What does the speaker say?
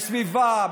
בסביבה,